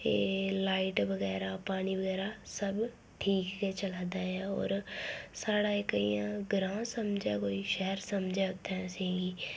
एह् लाइट बगैरा पानी बगैरा सब ठीक गै चलै दा ऐ होर साढ़ा इक इयां ग्रांऽ समझै कोई शैह्र समझै उत्थें असेंगी